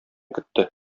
көтте